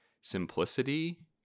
simplicity